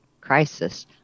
crisis